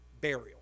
Burial